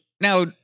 now